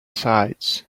sides